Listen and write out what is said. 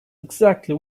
exactly